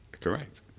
Correct